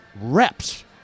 reps